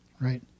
right